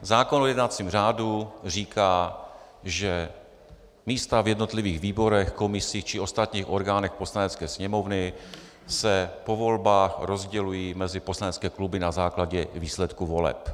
Zákon o jednacím řádu říká, že místa v jednotlivých výborech, komisích či ostatních orgánech Poslanecké sněmovny se po volbách rozdělují mezi poslanecké kluby na základě výsledků voleb.